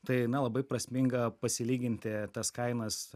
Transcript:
tai na labai prasminga pasilyginti tas kainas